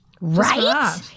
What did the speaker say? right